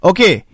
Okay